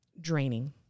draining